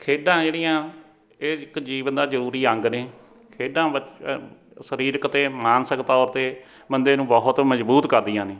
ਖੇਡਾਂ ਜਿਹੜੀਆਂ ਇਹ ਇੱਕ ਜੀਵਨ ਦਾ ਜ਼ਰੂਰੀ ਅੰਗ ਨੇ ਖੇਡਾਂ ਬੱਚ ਅ ਸਰੀਰਕ ਅਤੇ ਮਾਨਸਿਕ ਤੌਰ 'ਤੇ ਬੰਦੇ ਨੂੰ ਬਹੁਤ ਮਜ਼ਬੂਤ ਕਰਦੀਆਂ ਨੇ